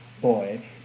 boy